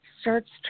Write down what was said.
starts